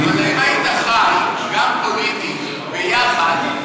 אבל אם היית חי גם פוליטית ביחד,